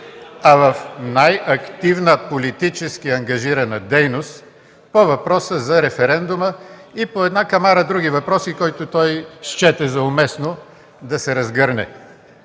а в най-активна, политически ангажирана политическа дейност по въпроса за референдума и по една камара други въпроси, по които той счете за уместно да се разгърне.